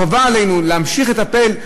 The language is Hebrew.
חובה עלינו להמשיך לטפל,